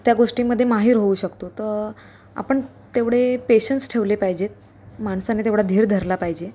त्या गोष्टींमध्ये माहिर होऊ शकतो तर आपण तेवढे पेशन्स ठेवले पाहिजेत माणसाने तेवढा धीर धरला पाहिजे